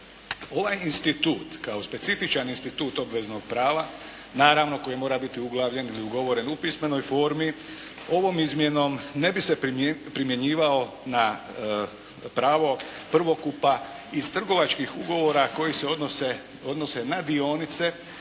Ovaj institut kao specifičan institut obveznog prava naravno koji mora biti uglavljen ili ugovoren u pismenoj formi ovom izmjenom ne bi se primjenjivao na pravo prvokupa iz trgovačkih ugovora koji se odnose na dionice